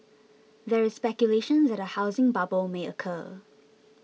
there is speculation that a housing bubble may occur